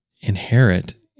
inherit